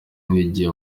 n’igihe